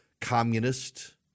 communist